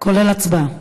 כולל הצבעה.